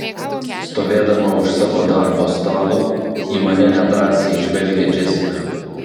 stovėdama už savo darbo stalo į mane nedrąsiai žvelgia džesika